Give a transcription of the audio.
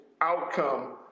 outcome